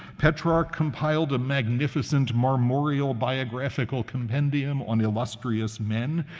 petrarch compiled a magnificent marmoreal biographical compendium on illustrious men,